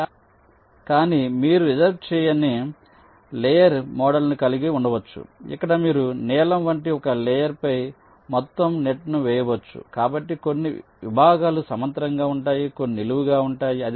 VHV కానీ మీరు reserve చేయని లేయర్ మోడల్ను కలిగి ఉండవచ్చు ఇక్కడ మీరు నీలం వంటి ఒకే లేయర్ పై మొత్తం నెట్ను వేయవచ్చు కాబట్టి కొన్ని విభాగాలు సమాంతరంగా ఉంటాయి కొన్ని నిలువుగా ఉంటాయి